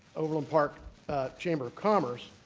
overland park chamber of commerce.